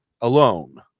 alone